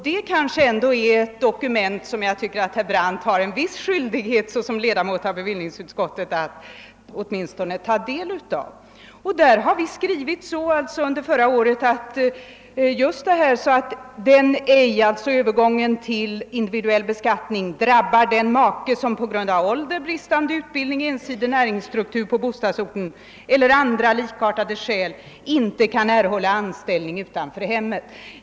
Det är väl ändå ett dokument som herr Brandt i egenskap av ledamot av detta utskott har en viss skyldighet att åtminstone ta del av. Där har vi under förra året skrivit om övergången till individuell beskattning att den ej skall drabba den maka som på grund av ålder, bristande utbildning, ensidig näringsstruktur på bostadsorten eller andra likartade skäl inte kan erhålla anställning utanför hemmet.